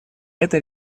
это